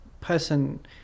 person